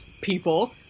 people